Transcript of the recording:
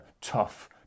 tough